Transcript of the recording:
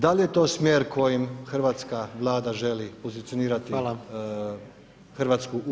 Da li je to smjer kojim hrvatska Vlada želi pozicionirati Hrvatsku u EU.